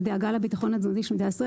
הדאגה לביטחון התזונתי של מדינת ישראל,